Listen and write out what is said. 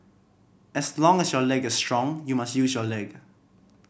as long as your leg is strong you must use your leg